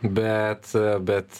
bet bet